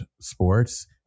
sports